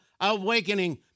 awakening